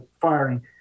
firing